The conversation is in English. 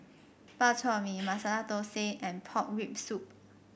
Bak Chor Mee Masala Thosai and Pork Rib Soup